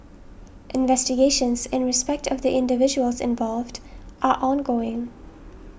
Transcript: investigations in respect of the individuals involved are ongoing